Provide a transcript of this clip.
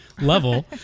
level